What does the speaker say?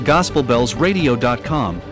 GospelBellsRadio.com